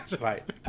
Right